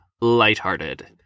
lighthearted